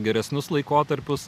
geresnius laikotarpius